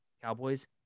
Cowboys